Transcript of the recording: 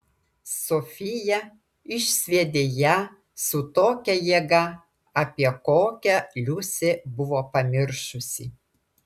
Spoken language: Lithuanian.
sofija išsviedė ją su tokia jėga apie kokią liusė buvo pamiršusi